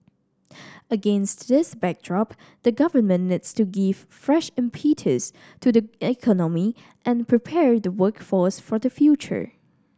against this backdrop the Government needs to give fresh impetus to the economy and prepare the workforce for the future